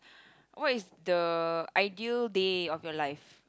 what is the ideal day of your life